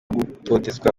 gutotezwa